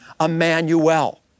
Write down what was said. Emmanuel